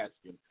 asking